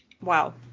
wow